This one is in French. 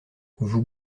vous